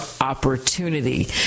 opportunity